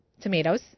tomatoes